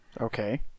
Okay